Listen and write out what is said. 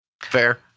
Fair